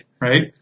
Right